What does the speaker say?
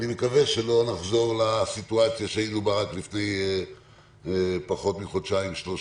ואני מקווה שלא נחזור לסיטואציה שהיינו בה רק לפני פחות מחודשיים-שלושה.